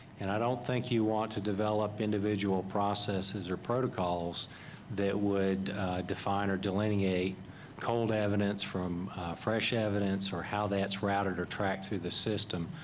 and i don't think you want to develop individual processes or protocols that would define or delineate cold evidence from fresh evidence, or how that's routed or tracked through the system.